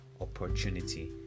opportunity